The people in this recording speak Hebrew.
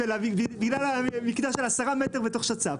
בגלל המקטע של עשרה מטר בתוך שצ"פ.